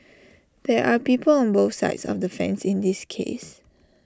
there are people on both sides of the fence in this case